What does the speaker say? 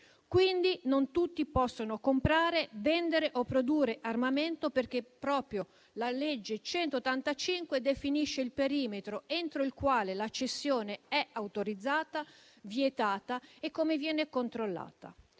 non tutti possono comprare, vendere o produrre armamenti, perché proprio la legge n. 185 del 1990 definisce il perimetro entro il quale la cessione è autorizzata, vietata e come viene controllata.